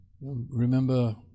Remember